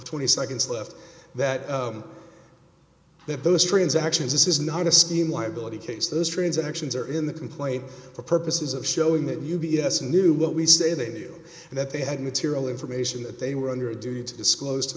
twenty seconds left that that those transactions this is not a scheme liability case those transactions are in the complaint for purposes of showing that u b s knew what we say they knew and that they had material information that they were under a duty to disclose to